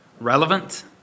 relevant